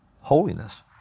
holiness